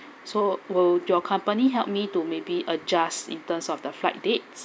so will your company helped me to maybe adjust in terms of the flight dates